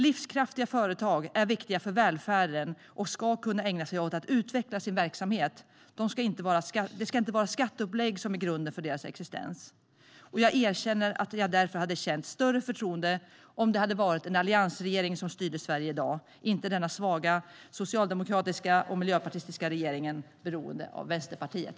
Livskraftiga företag är viktiga för välfärden och ska kunna ägna sig åt att utveckla sin verksamhet. Det ska inte vara skatteupplägg som är grunden för deras existens. Jag erkänner därför att jag hade känt större förtroende om det hade varit en alliansregering som styrde Sverige i dag, inte denna svaga socialdemokratiska och miljöpartistiska regering som är beroende av Vänsterpartiet.